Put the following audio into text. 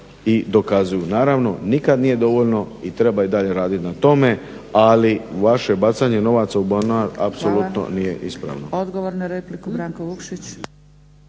i dokazuju. Naravno, nikad nije dovoljno i treba i dalje radit na tome. Ali vaše bacanje novaca u bunar apsolutno nije ispravno.